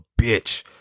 bitch